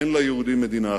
אין ליהודים מדינה אחרת,